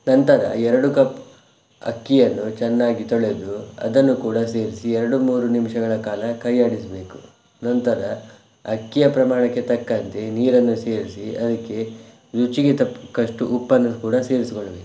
ನಂತರ ಎರಡು ಕಪ್ ಅಕ್ಕಿಯನ್ನು ಚೆನ್ನಾಗಿ ತೊಳೆದು ಅದನ್ನು ಕೂಡ ಸೇರಿಸಿ ಎರಡು ಮೂರು ನಿಮಿಷಗಳ ಕಾಲ ಕೈಯಾಡಿಸಬೇಕು ನಂತರ ಅಕ್ಕಿಯ ಪ್ರಮಾಣಕ್ಕೆ ತಕ್ಕಂತೆ ನೀರನ್ನು ಸೇರಿಸಿ ಅದಕ್ಕೆ ರುಚಿಗೆ ತಕ್ಕಷ್ಟು ಉಪ್ಪನ್ನು ಕೂಡ ಸೇರಿಸಿಕೊಳ್ಳಬೇಕು